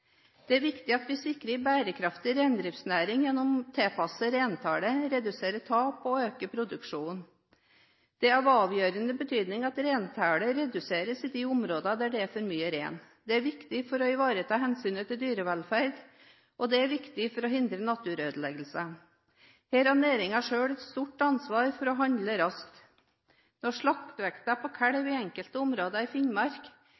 Det er viktig at vi sikrer en bærekraftig reindriftsnæring gjennom å tilpasse reintallet, redusere tap og øke produksjonen. Det er av avgjørende betydning at reintallet reduseres i de områdene der det er for mye rein. Det er viktig for å ivareta hensynet til dyrevelferd, og det er viktig for å hindre naturødeleggelser. Her har næringen selv et stort ansvar for å handle raskt. Når slaktevekten på kalv i enkelte områder i Finnmark